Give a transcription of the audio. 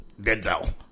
Denzel